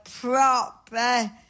proper